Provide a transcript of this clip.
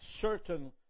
certain